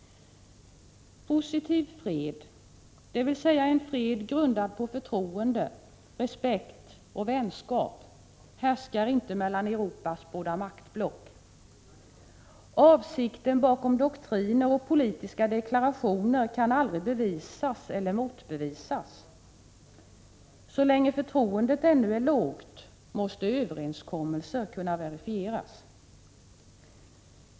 Positiv fred, dvs. en fred grundad på förtroende, respekt och vänskap, härskar inte mellan Europas båda maktblock. Avsikten bakom doktriner och politiska deklarationer kan aldrig bevisas eller motbevisas. Så länge förtroendet ännu är lågt måste överenskommelser kunna verifieras.